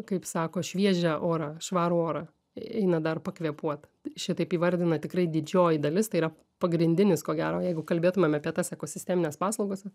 kaip sako šviežią orą švarų orą eina dar pakvėpuot šitaip įvardina tikrai didžioji dalis tai yra pagrindinis ko gero jeigu kalbėtumėm apie tas ekosistemines paslaugas